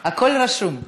הכול רשום,